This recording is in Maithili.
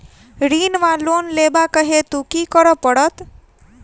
ऋण वा लोन लेबाक हेतु की करऽ पड़त?